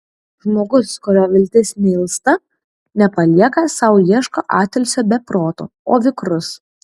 žmogus kurio viltis neilsta nepalieka sau ieško atilsio be proto o vikrus